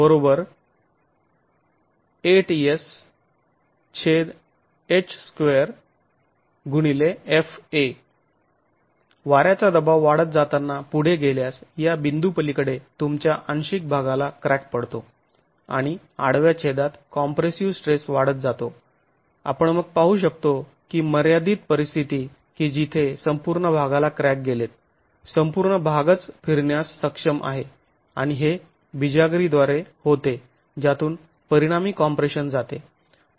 pb 8Sh2fa वाऱ्याचा दबाव वाढत जातांना पुढे गेल्यास या बिंदू पलीकडे तुमच्या आंशिक भागाला क्रॅक पडतो आणि आडव्या छेदात कॉम्प्रेसिव स्ट्रेस वाढत जातो आपण मग पाहू शकतो की मर्यादित परिस्थिती की जिथे संपूर्ण भागाला क्रॅक गेलेत संपूर्ण भागाच फिरण्यास सक्षम आहे आणि हे बिजागरीद्वारे होते ज्यातून परिणामी कॉम्प्रेशन जाते